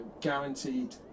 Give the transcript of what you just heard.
guaranteed